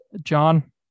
John